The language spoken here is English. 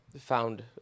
found